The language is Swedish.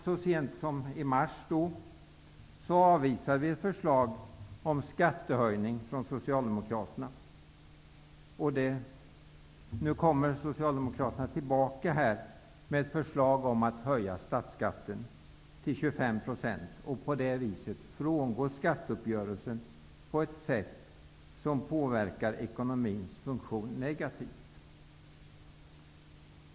Så sent som i mars avvisade vi ett förslag från Socialdemokraterna om skattehöjning, och nu kommer Socialdemokraterna tillbaka här med ett förslag om höjning av statsskatten till 25 % och vill därigenom frångå skatteuppgörelsen på ett sätt som påverkar ekonomins funktion negativt.